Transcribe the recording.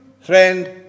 friend